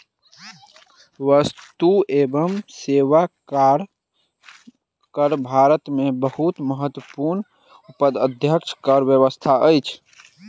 वस्तु एवं सेवा कर भारत में बहुत महत्वपूर्ण अप्रत्यक्ष कर व्यवस्था अछि